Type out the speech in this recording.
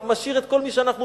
משאיר את כל מי שאנחנו,